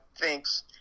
thanks